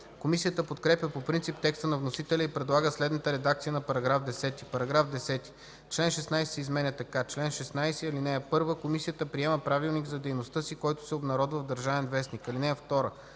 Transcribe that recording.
Комисията подкрепя по принцип текста на вносителя и предлага следната редакция на § 10: „§ 10. Член 16 се изменя така: Чл. 16. (1) Комисията приема правилник за дейността си, който се обнародва в „Държавен вестник”. (2)